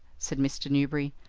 said mr. newberry.